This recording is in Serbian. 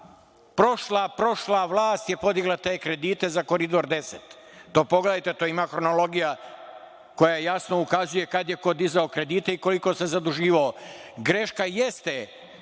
vlast, prošla vlast je podigla te kredite za Koridor 10. To pogledajte, ima hronologija koja jasno ukazuje kada je ko dizao kredite i koliko se zaduživao. Greška jeste